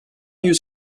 yüz